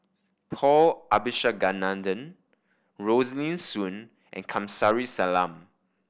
Paul Abisheganaden Rosaline Soon and Kamsari Salam